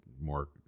more